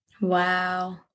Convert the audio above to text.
wow